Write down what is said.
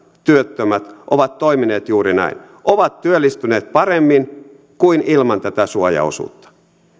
työttömät ovat toimineet juuri näin ovat työllistyneet paremmin kuin ilman tätä suojaosuutta